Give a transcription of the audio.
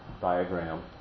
diagram